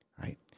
right